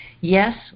Yes